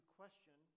question